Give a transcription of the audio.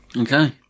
okay